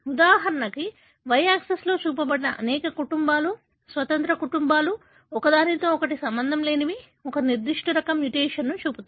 ఉదాహరణకు వై యాక్సిస్లో చూపబడినది అనేక కుటుంబాలు స్వతంత్ర కుటుంబాలు ఒకదానితో ఒకటి సంబంధం లేనివి ఒక నిర్దిష్ట రకం మ్యుటేషన్ను చూపుతాయి